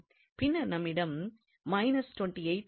பின்னர் நம்மிடம் உள்ளது